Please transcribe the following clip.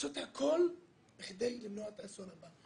לעשות הכול בכדי למנוע את האסון הבא.